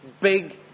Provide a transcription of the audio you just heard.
big